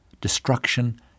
destruction